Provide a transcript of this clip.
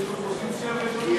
אין ספק שנשברים פה שיאים הערב הזה.